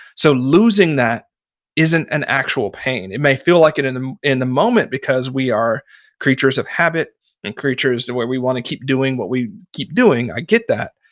so, losing that isn't an actual pain. it may feel like it in um in the moment because we are creatures of habit and creatures the way we want to keep doing what we keep doing. i get that.